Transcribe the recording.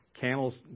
camel's